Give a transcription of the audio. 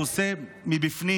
הוא עושה מבפנים,